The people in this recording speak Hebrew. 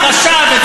בעד שלי יחימוביץ,